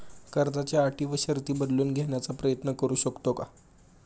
कर्जाच्या अटी व शर्ती बदलून घेण्याचा प्रयत्न करू शकतो का?